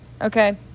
okay